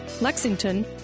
Lexington